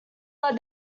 led